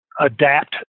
adapt